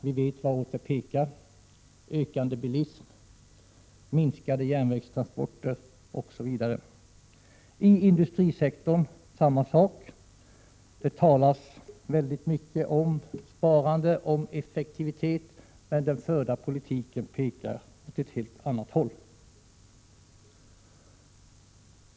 Vi vet vartåt det pekar — ökande bilism, minskade järnvägstransporter osv. I industrisektorn är det samma sak. Det talas mycket om sparande, om effektivitet, men den förda politiken pekar åt ett helt annat håll.